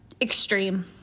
extreme